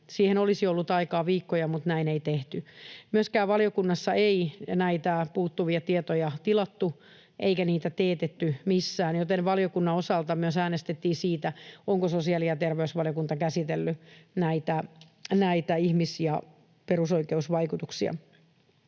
Siihen olisi ollut aikaa viikkoja, mutta näin ei tehty. Myöskään valiokunnassa ei näitä puuttuvia tietoja tilattu eikä niitä teetetty missään, joten valiokunnan osalta myös äänestettiin siitä, onko sosiaali- ja terveysvaliokunta käsitellyt näitä ihmis- ja perusoikeusvaikutuksia.